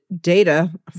data